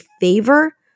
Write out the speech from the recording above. favor